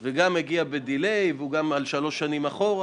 הוא גם הגיע ב-delay והוא גם על שלוש שנים אחורה.